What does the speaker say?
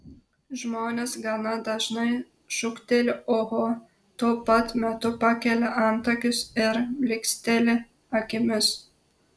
žmonės gana dažnai šūkteli oho tuo pat metu pakelia antakius ir blyksteli akimis